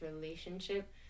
relationship